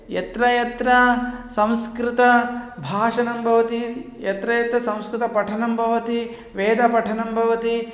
यत्र यत्र संस्कृतभाषणं भवति यत्र यत्र संस्कृतपठनं भवति वेदपठनं भवति